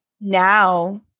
now